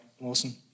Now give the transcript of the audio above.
Awesome